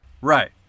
right